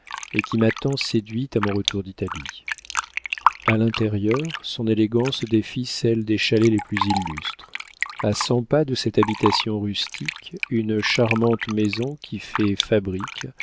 et qui m'a tant séduite à mon retour d'italie a l'intérieur son élégance défie celle des chalets les plus illustres a cent pas de cette habitation rustique une charmante maison qui fait fabrique